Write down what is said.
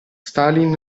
stalin